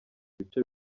bice